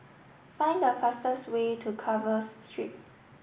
find the fastest way to Carver Street